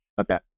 Okay